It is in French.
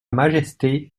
majesté